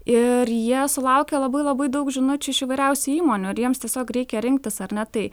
ir jie sulaukia labai labai daug žinučių iš įvairiausių įmonių ir jiems tiesiog reikia rinktis ar ne tai